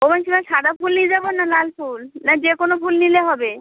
তো বলছিলাম সাদা ফুল নিয়ে যাবো না লাল ফুল যা যে কোনো ফুল নিলে হবে